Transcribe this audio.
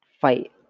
fight